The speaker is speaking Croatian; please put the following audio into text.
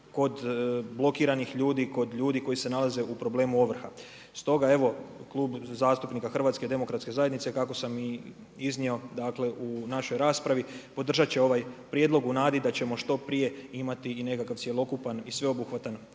kod blokiranih ljudi, kod ljudi koji se nalaze u problemu ovrha. Stoga evo Klub zastupnika Hrvatske demokratske zajednice kako sam i iznio, dakle u našoj raspravi podržat će ovaj prijedlog u nadi da ćemo što prije imati i nekakav cjelokupan i sveobuhvatan